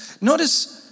Notice